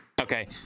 Okay